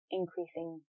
increasing